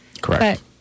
Correct